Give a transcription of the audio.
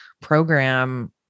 program